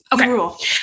okay